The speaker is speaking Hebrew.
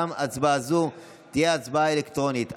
424/25. גם הצבעה זו תהיה הצבעה אלקטרונית.